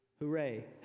Hooray